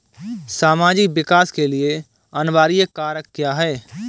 सामाजिक विकास के लिए अनिवार्य कारक क्या है?